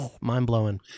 mind-blowing